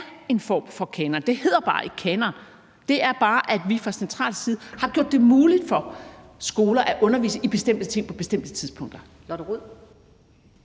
en form for kanon. Det hedder bare ikke kanon. Det betyder bare, at vi fra central side har gjort det muligt for skoler at undervise i bestemte ting på bestemte tidspunkter.